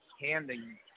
handing